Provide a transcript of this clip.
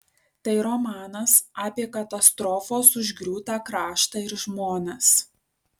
tai romanas apie katastrofos užgriūtą kraštą ir žmones